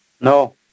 No